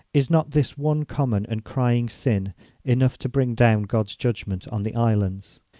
is not this one common and crying sin enough to bring down god's judgment on the islands?